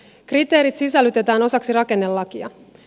kriteerit sisällytetään osaksi rakennelakia